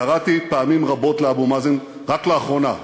קראתי פעמות רבות לאבו מאזן רק לאחרונה,